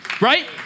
right